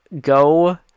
go